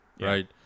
right